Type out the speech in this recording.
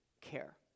care